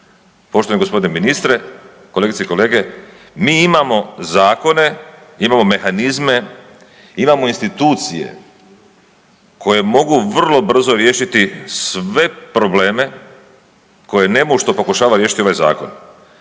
Poštovani gospodine ministre, kolegice i kolege mi imamo zakone, imamo mehanizme, imamo institucije koje mogu vrlo brzo riješiti sve probleme koje nemušto pokušava riješiti ovaj zakon